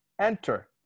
Enter